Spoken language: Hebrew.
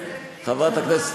חברת הכנסת,